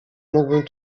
mógłbym